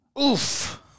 Oof